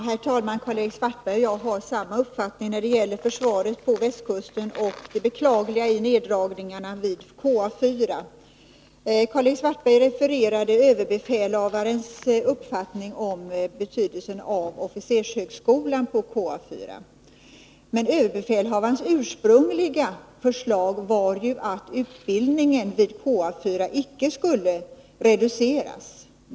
Herr talman! Karl-Erik Svartberg och jag har samma uppfattning när det gäller försvaret på västkusten och det beklagliga i neddragningarna vid KA 4. Karl-Erik Svartberg refererade överbefälhavarens uppfattning om betydelsen av officershögskolan på KA 4. Men överbefälhavarens ursprungliga förslag var ju att utbildningen vid KA 4 icke skulle reduceras.